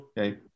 Okay